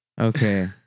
okay